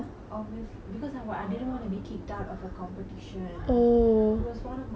it was one of mine like most important competition in secondary school I think it was S_Y_F